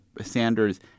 Sanders